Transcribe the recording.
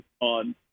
on